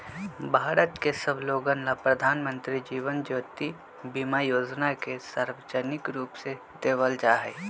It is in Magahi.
भारत के सब लोगन ला प्रधानमंत्री जीवन ज्योति बीमा योजना के सार्वजनिक रूप से देवल जाहई